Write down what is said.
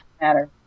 matter